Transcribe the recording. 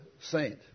saint